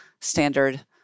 standard